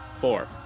four